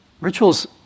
Ritual's